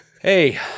hey